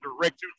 direct